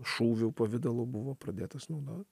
šūvių pavidalu buvo pradėtas naudot